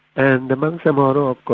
and amongst the but ah